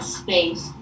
space